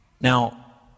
Now